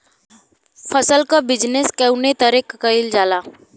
फसल क बिजनेस कउने तरह कईल जाला?